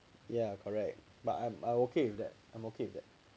ya correct but I'm I'm okay with that I'm okay with that